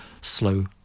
slow